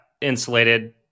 insulated